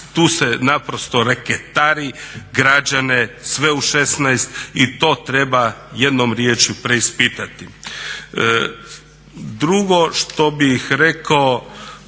Tu se naprosto reketari građane sve u šesnaest i to treba jednom riječju preispitati. Drugo što bih rekao